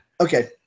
okay